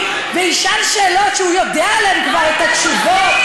וישאל שאלות שהוא יודע עליהן כבר את התשובות,